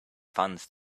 funds